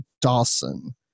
Dawson